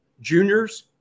juniors